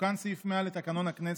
תוקן סעיף 100 לתקנון הכנסת